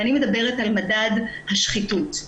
ואני מדברת על מדד השחיתות.